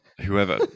whoever